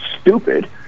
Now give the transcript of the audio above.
stupid